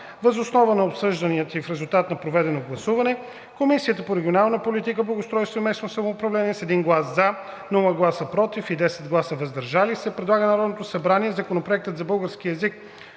Въз основа на обсъжданията и в резултат на проведеното гласуване Комисията по регионална политика, благоустройство и местно самоуправление с 1 глас „за“, без „против“ и 10 гласа „въздържал се“ предлага на Народното събрание Законопроект за българския език,